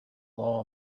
law